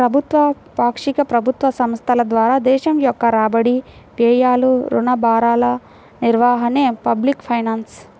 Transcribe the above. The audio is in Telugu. ప్రభుత్వ, పాక్షిక ప్రభుత్వ సంస్థల ద్వారా దేశం యొక్క రాబడి, వ్యయాలు, రుణ భారాల నిర్వహణే పబ్లిక్ ఫైనాన్స్